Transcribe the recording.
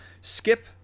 Skip